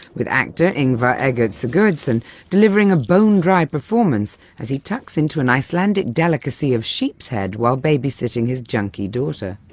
with actor ingvar eggert sigurdsson delivering a bone-dry performance as he tucks into an icelandic delicacy of sheep's head while babysitting his junkie daughter.